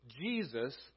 Jesus